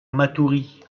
matoury